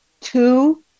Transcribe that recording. two